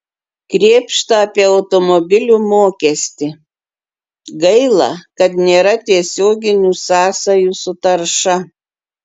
krėpšta apie automobilių mokestį gaila kad nėra tiesioginių sąsajų su tarša